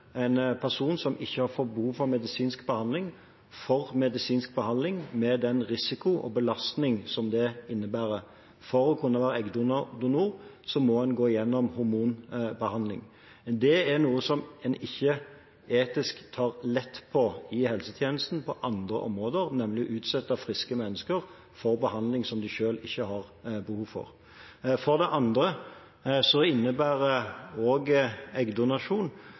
en person som ikke har behov for medisinsk behandling, for medisinsk behandling, med den risiko og belastning som det innebærer. For å kunne være eggdonor må en gjennomgå hormonbehandling. Men dette er noe som en etisk ikke tar lett på på andre områder i helsetjenesten, nemlig å utsette friske mennesker for behandling som de selv ikke har behov for. For det andre innebærer eggdonasjon